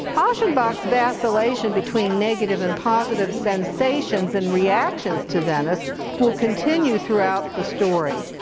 aschenbach's vacillation between negative and positive sensations and reactions to venice will continue throughout the story.